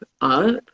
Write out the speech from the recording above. up